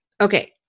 Okay